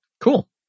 cool